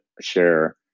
share